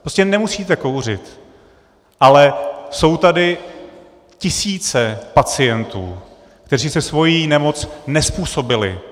Prostě nemusíte kouřit, ale jsou tady tisíce pacientů, kteří si svoji nemoc nezpůsobili.